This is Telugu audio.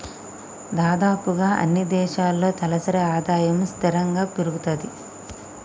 దాదాపుగా అన్నీ దేశాల్లో తలసరి ఆదాయము స్థిరంగా పెరుగుతది